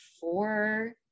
four